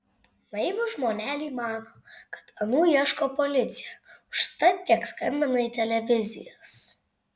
naivūs žmoneliai mano kad anų ieško policija užtat tiek skambina į televizijas